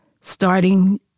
starting